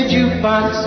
Jukebox